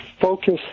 focus